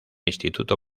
instituto